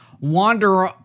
wander